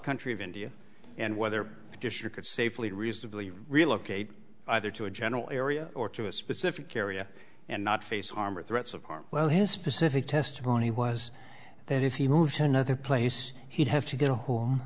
country of india and whether it's just you could safely reasonably relocate either to a general area or to a specific area and not face harm or threats of harm well his specific testimony was that if he moved to another place he'd have to get a home